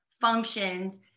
functions